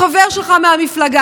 החבר שלך מהמפלגה,